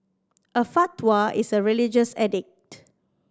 a fatwa is a religious edict